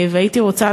והייתי רוצה,